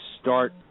start